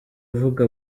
ivuga